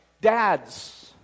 Dads